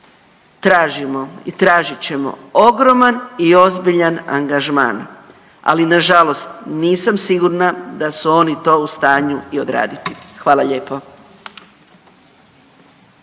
tražimo i tražit ćemo ogroman i ozbiljan angažman, ali nažalost nisam sigurna da su oni to u stanju i odraditi. Hvala lijepo.